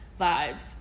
vibes